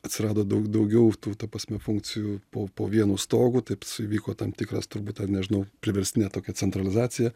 atsirado daug daugiau tų ta prasme funkcijų po po vienu stogu taips įvyko tam tikras turbūt ten nežinau priverstinė tokia centralizacija